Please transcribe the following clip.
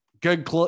good